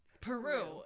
Peru